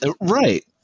Right